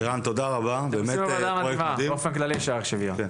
לירן, תודה רבה, באמת פרויקט מדהים.